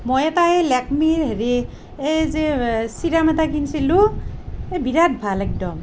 মই এটা এই লেকমীৰ হেৰি এই যে চিৰাম এটা কিনিছিলোঁ এই বিৰাট ভাল একদম